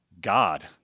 God